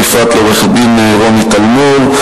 בפרט לעורכת-הדין רוני טלמור,